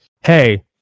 hey